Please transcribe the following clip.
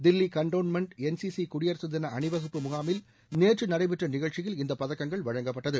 Delhi cantonment NCC குடியரசு தின அணிவகுப்பு முகாமில் நேற்று நடைபெற்ற நிகழ்ச்சியில் இந்த பதக்கங்கள் வழங்கப்பட்டது